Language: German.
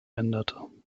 änderte